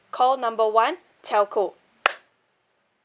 call number one telco